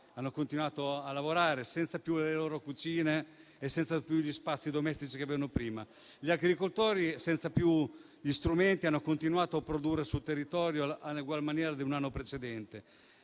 hanno continuato a lavorare, senza più le loro cucine e senza più gli spazi domestici che avevano prima. Gli agricoltori, senza più gli strumenti, hanno continuato a produrre sul territorio, in eguale maniera rispetto all'anno precedente.